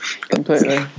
completely